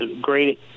great